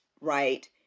right